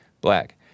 Black